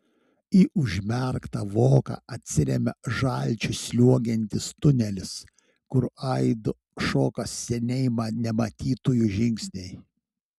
į užmerktą voką atsiremia žalčiu sliuogiantis tunelis kur aidu šoka seniai nematytųjų žingsniai